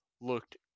looked